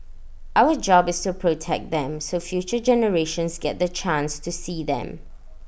our job is to protect them so future generations get the chance to see them